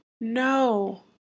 No